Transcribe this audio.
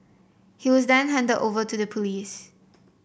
he was then handed over to the police